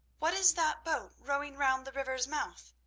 what is that boat rowing round the river's mouth?